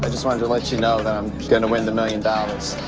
um so and let you know that i'm going to win the million dollars